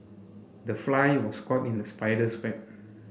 the fly was caught in the spider's web